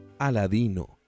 Aladino